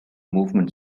movement